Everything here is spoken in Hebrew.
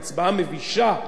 הצבעה מבישה,